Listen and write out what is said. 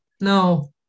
no